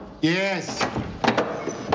Yes